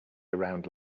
around